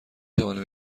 توانم